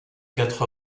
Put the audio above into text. quatre